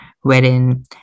wherein